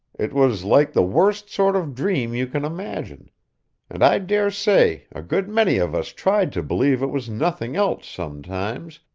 it was like the worst sort of dream you can imagine and i dare say a good many of us tried to believe it was nothing else sometimes,